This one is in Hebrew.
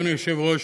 אדוני היושב-ראש.